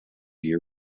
year